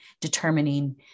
determining